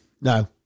No